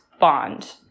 bond